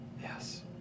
Yes